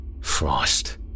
Frost